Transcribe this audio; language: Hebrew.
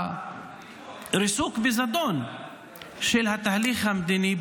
והריסוק בזדון של התהליך המדיני,